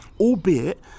Albeit